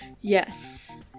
yes